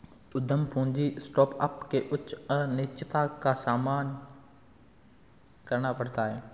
उद्यम पूंजी स्टार्टअप को उच्च अनिश्चितता का सामना करना पड़ता है